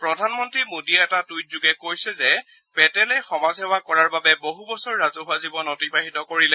প্ৰধানমন্ত্ৰী মোদীয়ে এটা টুইটযোগে কৈছে যে পেটেলে বছ বছৰ সমাজসেৱা কৰাৰ বাবে বহু বছৰ ৰাজহুৱা জীৱন অতিবাহিত কৰিলে